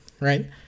right